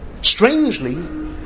Strangely